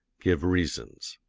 give reasons.